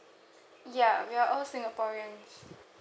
ya we're all singaporeans